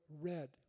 red